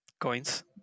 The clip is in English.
coins